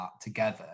together